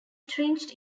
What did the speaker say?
stringed